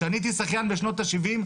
כשאני הייתי שחיין בשנות השבעים,